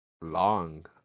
long